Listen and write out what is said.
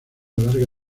larga